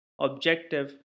objective